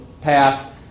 path